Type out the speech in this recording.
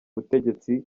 butegetsi